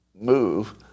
move